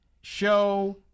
show